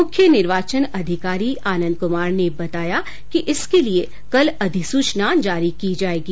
मुख्य निर्वाचन अधिकारी आनंद कुमार ने बताया कि इसके लिए कल अधिसूचना जारी की जाएगी